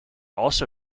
also